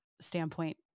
standpoint